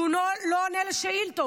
שהוא לא עונה על שאילתות,